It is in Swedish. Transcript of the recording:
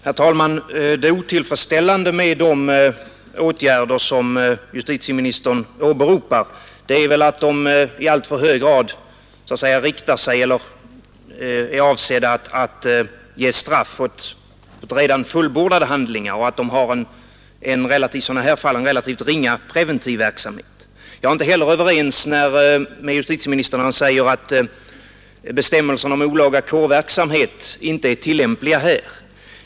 Herr talman! Det otillfredsställande med de åtgärder som justitieministern åberopar är att de i alltför hög grad är avsedda att ge straff för redan fullbordade handlingar och att de har en relativt ringa preventiv effekt. Jag är inte heller överens med justitieministern när han säger att bestämmelserna om olaga kårverksamhet inte är tillämpliga här.